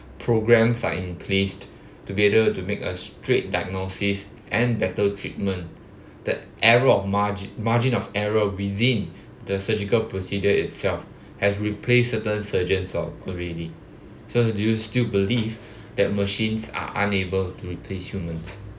programmes are in placed together to make a straight diagnosis and better treatment the error of margi~ margin of error within the surgical procedure itself has replaced certain surgeons al~ already so do you still believe that machines are unable to replace humans